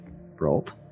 rolled